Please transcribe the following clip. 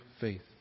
faith